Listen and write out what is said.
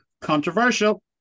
Controversial